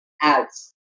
ads